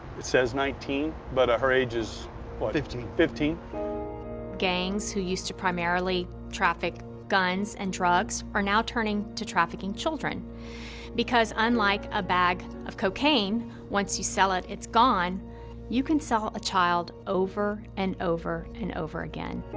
it says nineteen but her age is fifteen. gangs who used to primarily traffic guns and drugs are now turning to trafficking children because, unlike a bag of cocaine once you sell it it's gone you can sell a child over and over and over again.